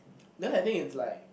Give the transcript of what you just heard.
then I think it's like